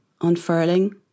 unfurling